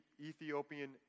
Ethiopian